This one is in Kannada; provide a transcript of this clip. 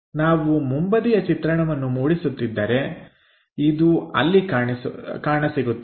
ನಾವು ಮುಂಬದಿಯ ಚಿತ್ರಣವನ್ನು ಮೂಡಿಸುತ್ತಿದ್ದರೆ ಇದು ಅಲ್ಲಿ ಕಾಣಸಿಗುತ್ತದೆ